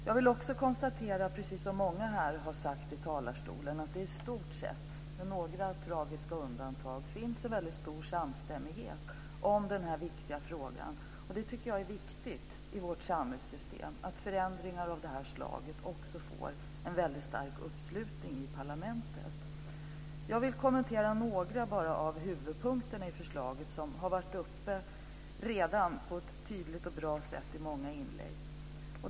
Jag vill liksom många andra här från talarstolen har gjort konstatera att det i stort sett, med några tragiska undantag, finns en väldigt stor samstämmighet omkring den här viktiga frågan. Jag tycker också att det är viktigt att detta slag av förändringar i vårt samhällssystem får en väldigt stark uppslutning i parlamentet. Jag vill kommentera bara några av huvudpunkterna i förslaget, vilka redan har tagits upp på ett tydligt och bra sätt i många inlägg.